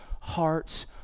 hearts